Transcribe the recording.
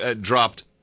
dropped